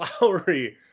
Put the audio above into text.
Lowry